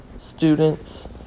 students